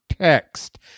text